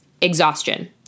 exhaustion